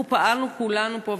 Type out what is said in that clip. אנחנו פעלנו כולנו פה,